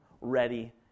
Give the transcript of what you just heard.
ready